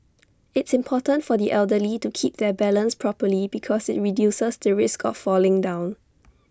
it's important for the elderly to keep their balance properly because IT reduces the risk of falling down